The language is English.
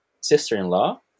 sister-in-law